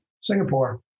Singapore